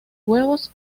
huevos